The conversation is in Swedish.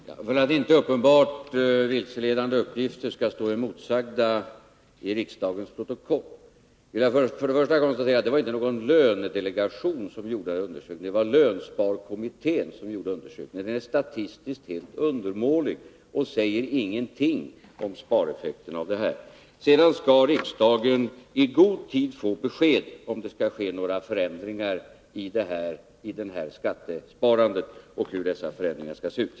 Herr talman! För att inte uppenbart vilseledande uppgifter skall stå oemotsagda i riksdagens protokoll vill jag konstatera: Det var inte någon lönedelegation som gjorde den aktuella undersökningen utan lönsparkommittén, och undersökningen är statistiskt helt undermålig och säger ingenting om spareffekterna. Sedan skall riksdagen i god tid få besked om huruvida det skall ske några förändringar i det här skattesparandet och hur dessa förändringar skall se ut.